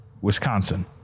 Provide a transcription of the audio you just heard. Wisconsin